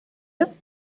ist